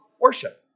worship